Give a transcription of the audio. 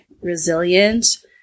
resilient